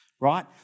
right